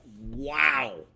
wow